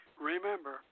Remember